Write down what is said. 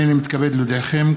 הינני מתכבד להודיעכם,